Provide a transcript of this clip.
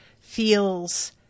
feels